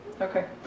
Okay